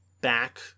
back